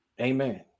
Amen